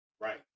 right